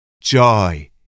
joy